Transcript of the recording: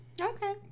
Okay